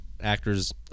actors